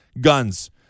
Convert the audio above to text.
Guns